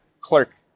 clerk